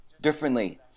differently